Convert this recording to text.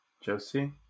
Josie